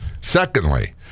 Secondly